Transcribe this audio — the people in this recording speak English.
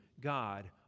God